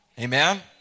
Amen